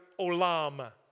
olam